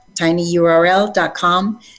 tinyurl.com